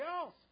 else